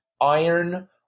iron